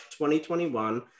2021